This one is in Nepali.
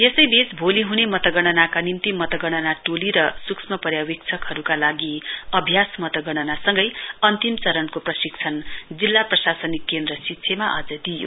यसैबीच भोलि हुने मतगणनाका निम्ति मतगणना टोली र सूक्ष्म पर्यापेक्षकहरूका लागि अभ्यास मतगणनासँगै अन्तिम चरणको प्रशिक्षण जिल्ला प्रशासनिक केन्द्र सिच्छेमा आज दिइयो